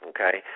Okay